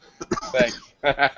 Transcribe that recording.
Thanks